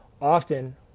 Often